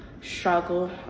struggle